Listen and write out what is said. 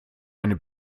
eine